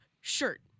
shirt